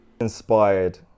Inspired